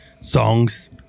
songs